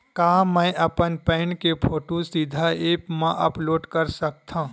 का मैं अपन पैन के फोटू सीधा ऐप मा अपलोड कर सकथव?